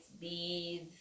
beads